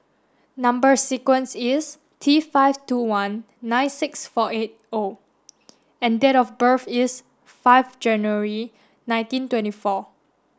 number sequence is T five two one nine six four eight O and date of birth is five January nineteen twenty four